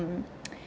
um